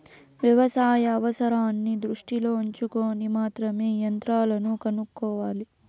వ్యవసాయ అవసరాన్ని దృష్టిలో ఉంచుకొని మాత్రమే యంత్రాలను కొనుక్కోవాలి